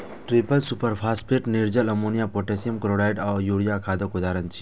triple superphosphate, निर्जल ammonia, potassium chloride आ urea खादक उदाहरण छियै